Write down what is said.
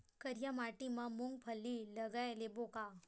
करिया माटी मा मूंग फल्ली लगय लेबों का?